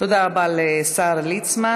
תודה רבה לשר ליצמן.